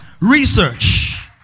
research